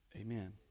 Amen